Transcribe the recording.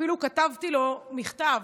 אפילו כתבתי לו מכתב.